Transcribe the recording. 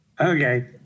Okay